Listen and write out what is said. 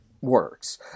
works